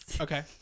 Okay